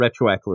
retroactively